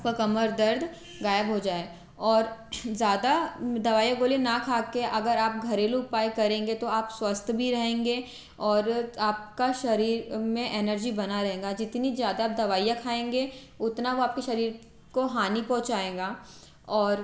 आपका कमर दर्द ग़ायब हो जाए और ज़्यादा दवाई गोली ना खा कर अगर आप घरेलू उपाय करेंगे तो आप स्वस्थ भी रहेंगे और आपके शरीर में एनर्जी बनी रहेगी जितनी ज़्यादा आप दवाइयाँ खाएंगे उतना वो आपके शरीर को हानि पहुंचाएगा और